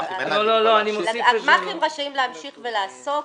הגמ"חים רשאים להמשיך ולעסוק...